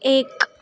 एक